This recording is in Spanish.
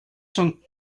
son